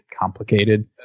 complicated